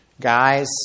guys